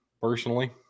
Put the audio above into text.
personally